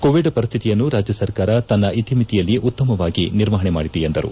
Covid ಪರಿಸ್ಥಿತಿಯನ್ನು ರಾಜ್ಯ ಸರ್ಕಾರ ತನ್ನ ಇತಿಮಿತಿಯಲ್ಲಿ ಉತ್ತಮವಾಗಿ ನಿರ್ವಹಣೆ ಮಾಡಿದೆ ಎಂದರು